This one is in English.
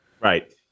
Right